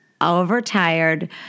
overtired